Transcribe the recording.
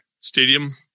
stadium